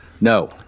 No